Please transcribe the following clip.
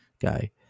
guy